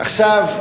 עכשיו,